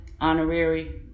honorary